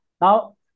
Now